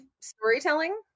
storytelling